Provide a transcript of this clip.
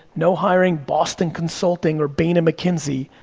no hiring boston consulting or bain and mckinsey,